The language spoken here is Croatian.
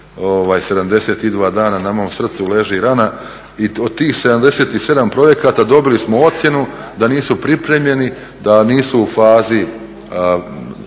72 dana na mom srcu leži rana i od tih 77 projekata dobili smo ocjenu da nisu pripremljeni, da nisu u fazi